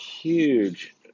huge